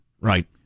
Right